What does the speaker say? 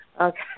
Okay